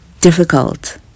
difficult